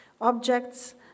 objects